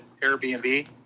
Airbnb